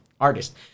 artist